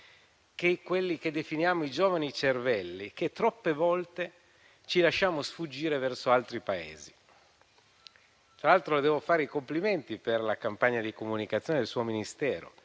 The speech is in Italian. quei giovani che definiamo i giovani cervelli, che troppe volte ci lasciamo sfuggire verso altri Paesi. Tra l'altro, signor Ministro, le devo fare i complimenti per la campagna di comunicazione del suo Ministero,